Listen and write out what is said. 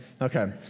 Okay